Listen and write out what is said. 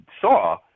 saw